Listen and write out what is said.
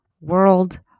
world